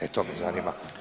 E to me zanima.